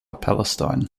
palestine